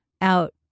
out